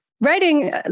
writing